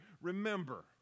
Remember